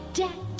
dad